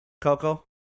Coco